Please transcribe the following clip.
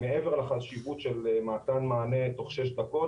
מעבר לחשיבות של מתן מענה תוך שש דקות,